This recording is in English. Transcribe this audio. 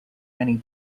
many